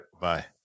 Bye